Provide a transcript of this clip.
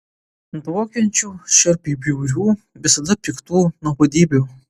dvokiančių šiurpiai bjaurių visada piktų nuobodybių